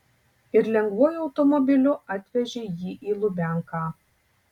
ir lengvuoju automobiliu atvežė jį į lubianką